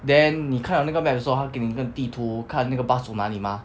then 你看了那个 map 的时候他给你一个地图看那个 bus 走哪里嘛